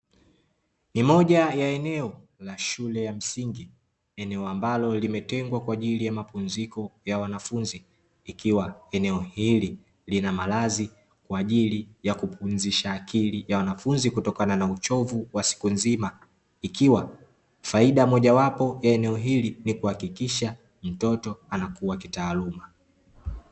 Ni moja la eneo la shule ya msingi, eneo ambalo limetengwa kwa ajili ya mapumziko ya wanafunzi ikiwa eneo hili lina malazi kwa ajili ya kupumzisha akili ya wanafunzi kutokana na uchovu wa siku nzima ikiwa faida mojawapo ya eneo hili ni kuhakikisha mtoto anakuwa kitaaluma.